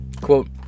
Quote